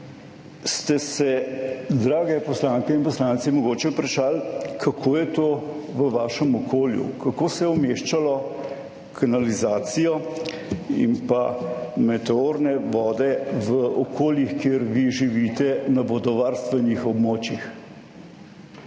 Ste se, drage poslanke in poslanci, mogoče vprašali, kako je to v vašem okolju? Kako se je umeščalo kanalizacijo in pa meteorne vode v okoljih kjer vi živite na vodovarstvenih območjih?